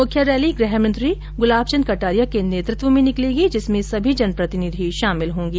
मुख्य रैली गृह मंत्री गुलाब चंद कटारिया के नेतृत्व में निकलेगी जिसमें सभी जनप्रतिनिधि शामिल होंगे